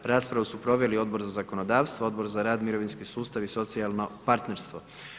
Raspravu su proveli Odbor za zakonodavstvo, Odbor za rad, mirovinski sustav i socijalno partnerstvo.